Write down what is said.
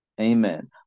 Amen